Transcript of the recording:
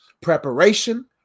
preparation